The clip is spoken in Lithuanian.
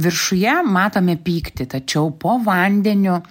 viršuje matome pyktį tačiau po vandeniu